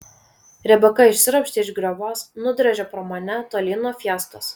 rebeka išsiropštė iš griovos nudrožė pro mane tolyn nuo fiestos